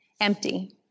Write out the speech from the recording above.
empty